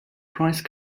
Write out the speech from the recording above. price